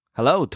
Hello